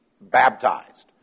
baptized